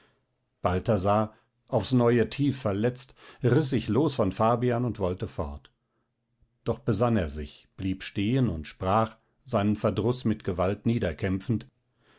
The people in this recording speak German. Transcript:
balthasar aufs neue tief verletzt riß sich los von fabian und wollte fort doch besann er sich blieb stehen und sprach seinen verdruß mit gewalt niederkämpfend